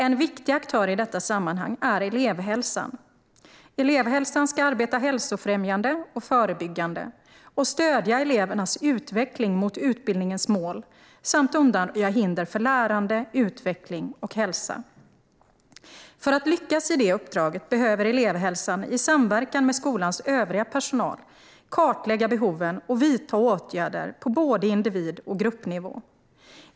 En viktig aktör i detta sammanhang är elevhälsan. Elevhälsan ska arbeta hälsofrämjande och förebyggande och stödja elevernas utveckling mot utbildningens mål samt undanröja hinder för lärande, utveckling och hälsa. För att lyckas i det uppdraget behöver elevhälsan i samverkan med skolans övriga personal kartlägga behoven och vidta åtgärder på både individ och gruppnivå.